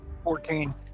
Fourteen